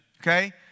Okay